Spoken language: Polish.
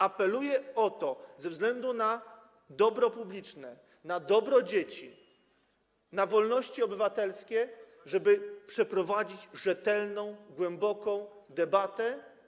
Apeluję o to ze względu na dobro publiczne, na dobro dzieci, na wolności obywatelskie, żeby przeprowadzić rzetelną, głęboką debatę.